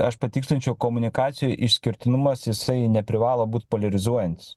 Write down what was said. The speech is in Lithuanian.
aš patikslinčiau komunikacijoj išskirtinumas jisai neprivalo būt poliarizuojantis